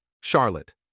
CHARLOTTE